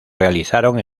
realizaron